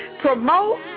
promote